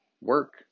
work